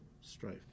strife